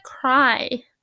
cry